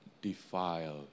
Defile